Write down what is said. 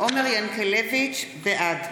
עומר ינקלביץ' בעד